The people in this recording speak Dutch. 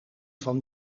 van